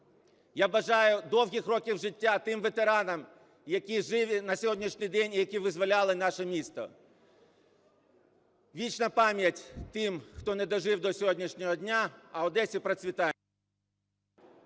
я бажаю довгих років життя тим ветеранам, які живі на сьогоднішній день і які визволяли наше місто. Вічна пам'ять тим, хто не дожив до сьогоднішнього дня. А Одесі - процвітання.